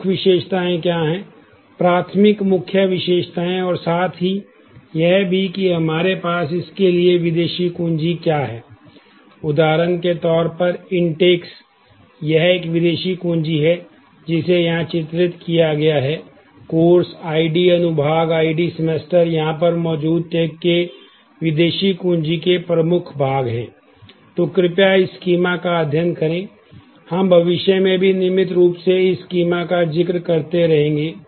प्रमुख विशेषताएं क्या हैं प्राथमिक मुख्य विशेषताएँ और साथ ही यह भी कि हमारे पास इसके लिए विदेशी कुंजी क्या हैं उदाहरण के तौर पर इंटेक् का जिक्र करते रहेंगे